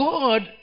God